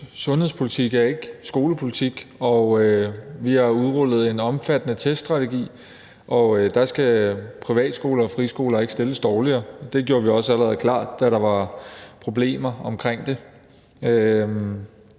Sundhedspolitik er ikke skolepolitik. Vi har udrullet en omfattende teststrategi, og der skal privatskoler og friskoler ikke stilles dårligere. Det gjorde vi også allerede klart, da der var problemer omkring det.